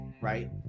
right